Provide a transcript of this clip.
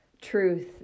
truth